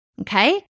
Okay